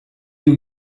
you